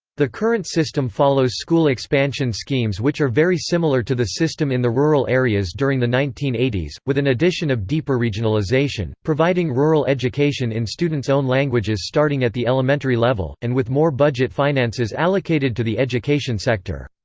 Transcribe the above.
the current system follows school expansion schemes which are very similar to the system in the rural areas during the nineteen eighty s, with an addition of deeper regionalization, providing rural education in students' own languages starting at the elementary level, and with more budget finances allocated to the education sector.